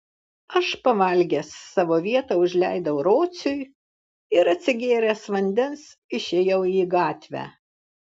aš pavalgęs savo vietą užleidau rociui ir atsigėręs vandens išėjau į gatvę